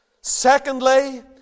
Secondly